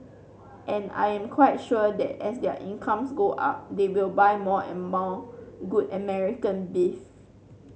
and I am quite sure that as their incomes go up they will buy more and more good American beef